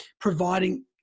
providing